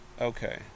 Okay